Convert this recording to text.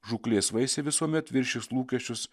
žūklės vaisiai visuomet viršys lūkesčius